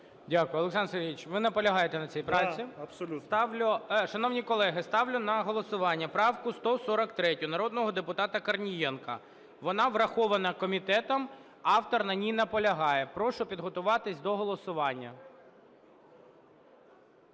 Дякую. Олександр Сергійович, ви наполягаєте на цій правці? КОРНІЄНКО О.С. Да, абсолютно. ГОЛОВУЮЧИЙ. Шановні колеги, ставлю на голосування правку 143 народного депутата Корнієнка, вона врахована комітетом, автор на ній наполягає. Прошу підготуватися до голосування.